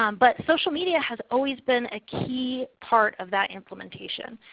um but social media has always been a key part of that implementation.